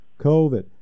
COVID